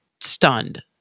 stunned